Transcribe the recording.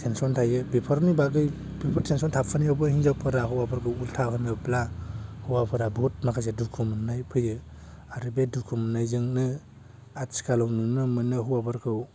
tension थायो बेफोरनि बागै बेफोर टेनसन थाफुनायावबो हिनजावफोरा हौवाफोरखौ उल्था होनोब्ला हौवाफोरा बहुथ माखासे दुखु मोननाय फैयो आरो बे दुखु मोननायजोंनो आथिखालाव नुनो मोनो हौवाफोरखौ